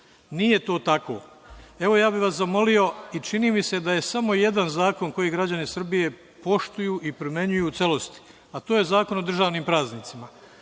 Nije to tako. Evo, ja bih vas zamolio i čini mi se da je samo jedan zakon koji građani Srbije poštuju i primenjuju u celosti, a to je Zakon o državnim praznicima.